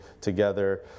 together